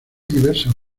diversas